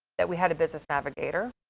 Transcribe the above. that we had a business navigator.